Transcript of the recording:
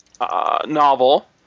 novel